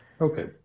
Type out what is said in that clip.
Okay